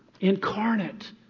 incarnate